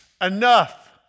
enough